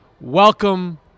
Welcome